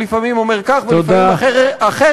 שלפעמים אומר כך ולפעמים אחרת,